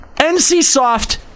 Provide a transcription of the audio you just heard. NCSoft